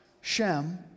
Shem